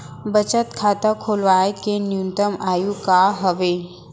बचत खाता खोलवाय के न्यूनतम आयु का हवे?